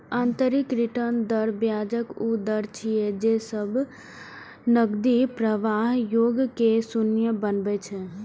आंतरिक रिटर्न दर ब्याजक ऊ दर छियै, जे सब नकदी प्रवाहक योग कें शून्य बनबै छै